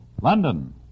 London